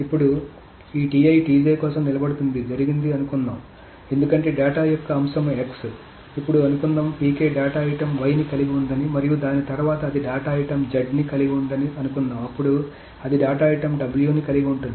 ఇప్పుడు ఈ కోసం నిలబడుతుంది జరిగింది అనుకుందాం ఎందుకంటే డేటా యొక్క అంశం x ఇప్పుడు అనుకుందాం డేటా ఐటెమ్ y ని కలిగి ఉందని మరియు దాని తర్వాత అది డేటా ఐటెమ్ z ని కలిగి ఉందని అనుకుందాం అప్పుడు అది డేటా ఐటెమ్ w ని కలిగి ఉంటుంది